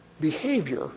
behavior